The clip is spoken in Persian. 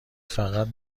فقط